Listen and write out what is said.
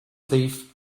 thief